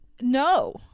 no